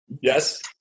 Yes